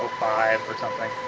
five or something.